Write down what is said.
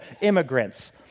immigrants